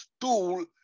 tool